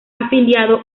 afiliado